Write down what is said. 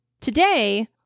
Today